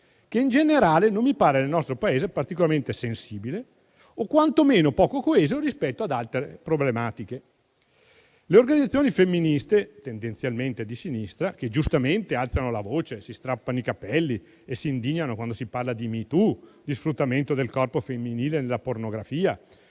che, in generale, non mi pare nel nostro Paese essere particolarmente sensibile, o quantomeno poco coeso rispetto ad altre problematiche. Le organizzazioni femministe, tendenzialmente di sinistra, che giustamente alzano la voce, si strappano i capelli e si indignano quando si parla di #MeToo, di sfruttamento del corpo femminile nella pornografia,